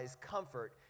comfort